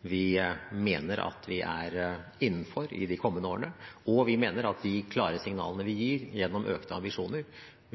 Vi mener at vi er innenfor i de kommende årene, og vi mener at de klare signaler vi gir gjennom økte ambisjoner,